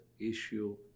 issue